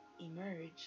emerge